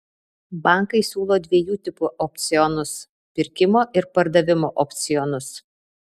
bankai siūlo dviejų tipų opcionus pirkimo ir pardavimo opcionus